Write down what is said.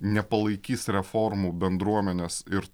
nepalaikys reformų bendruomenės ir